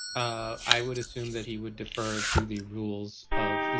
i would assume that he would defer to the. rules of use.